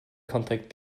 contact